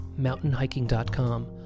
mountainhiking.com